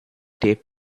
taped